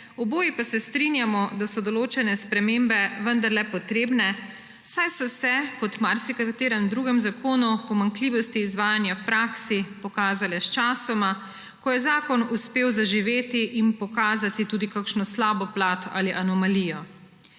oboji pa se strinjamo, da so določene spremembe vendarle potrebne, saj so se – kot v marsikaterem drugem zakonu – pomanjkljivosti izvajanja v praksi pokazale sčasoma, ko je zakon uspel zaživeti in pokazati tudi kakšno slabo plat ali anomalijo.